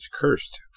cursed